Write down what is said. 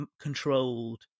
controlled